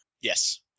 Yes